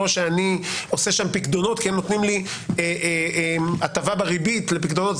או שאני עושה שם פיקדונות כי הם נותנים לי הטבה בריבית לפיקדונות,